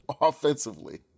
offensively